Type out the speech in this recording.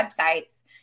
websites